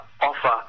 offer